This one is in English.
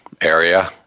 area